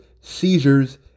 seizures